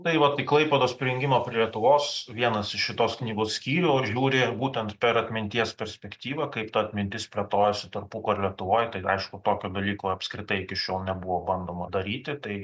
tai va tai klaipėdos prijungimą prie lietuvos vienas iš šitos knygos skyrių žiūri būtent per atminties perspektyvą kaip ta atmintis plėtojosi tarpukario lietuvoj tai aišku tokio dalyko apskritai iki šiol nebuvo bandoma daryti tai